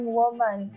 woman